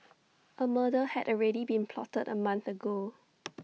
A murder had already been plotted A month ago